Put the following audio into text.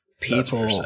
People